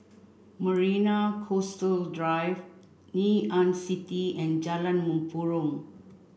Marina Coastal Drive Ngee Ann City and Jalan Mempurong